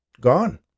Gone